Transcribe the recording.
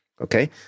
okay